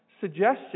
suggestion